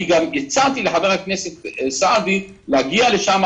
אני גם הצעתי לחבר הכנסת סעדי להגיע לשם,